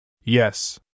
Yes